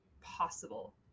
possible